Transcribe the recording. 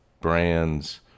brands